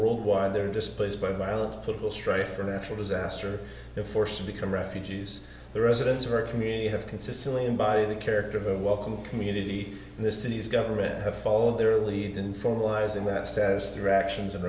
worldwide they were displaced by violence political strife or natural disaster and forced to become refugees the residents of our community have consistently and by the character of a welcome community in this city's government have followed their lead in formalizing that steps directions and